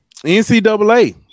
NCAA